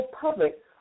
public